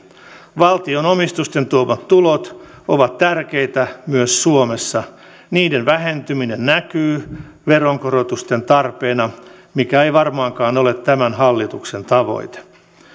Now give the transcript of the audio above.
valtion omistusten tuomat tulot ovat tärkeitä myös suomessa niiden vähentyminen näkyy veronkorotusten tarpeena mikä ei varmaankaan ole tämän hallituksen tavoite